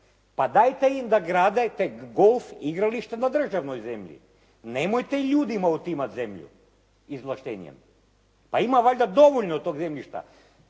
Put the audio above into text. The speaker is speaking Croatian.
Pa dajte im da grade ta golf igrališta na državnoj zemlji. Nemojte ljudima otimati zemlju izvlaštenjem. Pa ima valjda dovoljno tog zemljišta.